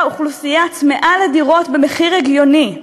אוכלוסייה צמאה לדירות במחיר הגיוני.